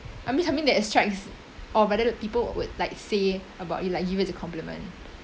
I mean something that strikes or whether the people would like say about you like give you as a compliment